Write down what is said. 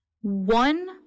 One